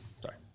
Sorry